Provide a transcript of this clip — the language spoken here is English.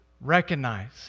recognize